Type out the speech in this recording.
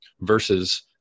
versus